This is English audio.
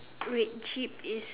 grape jeep is